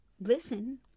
listen